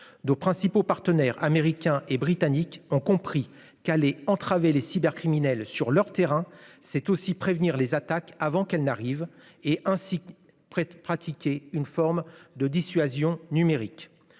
d'principaux partenaires américains et britanniques ont compris qu'allait entraver les cybercriminels sur leur terrain, c'est aussi prévenir les attaques avant qu'elles n'arrivent est ainsi prête pratiquer une forme de dissuasion numérique